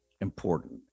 important